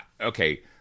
Okay